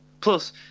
Plus